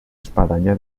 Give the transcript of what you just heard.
espadanya